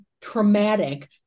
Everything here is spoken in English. traumatic